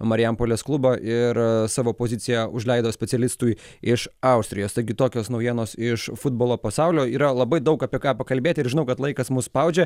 marijampolės klubą ir savo poziciją užleido specialistui iš austrijos taigi tokios naujienos iš futbolo pasaulio yra labai daug apie ką pakalbėti ir žinau kad laikas mus spaudžia